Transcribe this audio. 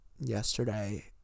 yesterday